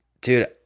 dude